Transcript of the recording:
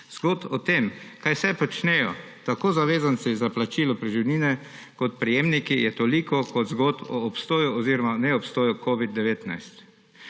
Zgodb o tem, kaj vse počnejo tako zavezanci za plačilo preživnine kot prejemniki, je toliko, kot je zgodb o obstoju oziroma neobstoju covida-19.